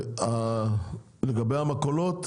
לגבי המכולות,